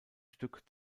stück